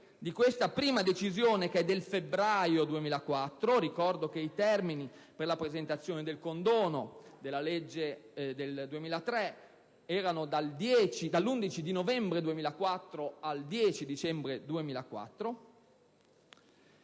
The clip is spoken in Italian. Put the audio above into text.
di questa prima decisione, che è del febbraio 2004 (ricordo che i termini per la presentazione del condono ai sensi della legge del 2003 andavano dall'11 novembre 2004 al 10 dicembre 2004),